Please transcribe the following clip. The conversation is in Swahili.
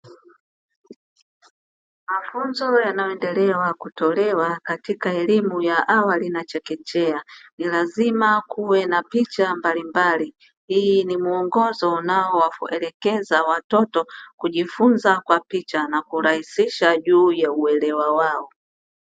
Mafunzo yanayoendelea kutolewa katika elimu ya awali na chekechea, ni lazima kuwe na picha mbalimbali. Hii ni muongozo unaowaelekeza watoto kujifunza kwa picha na kurahisisha juu ya uelewa wao.